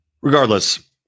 Regardless